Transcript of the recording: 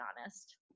honest